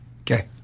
Okay